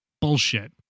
Bullshit